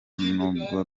nubwo